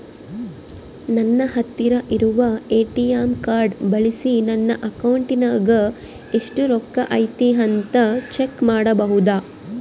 ನನ್ನ ಹತ್ತಿರ ಇರುವ ಎ.ಟಿ.ಎಂ ಕಾರ್ಡ್ ಬಳಿಸಿ ನನ್ನ ಅಕೌಂಟಿನಾಗ ಎಷ್ಟು ರೊಕ್ಕ ಐತಿ ಅಂತಾ ಚೆಕ್ ಮಾಡಬಹುದಾ?